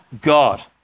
God